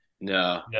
No